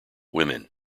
women